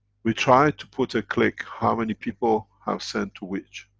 we try to put a click, how many people have sent to which.